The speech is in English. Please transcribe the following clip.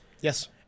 Yes